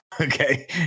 okay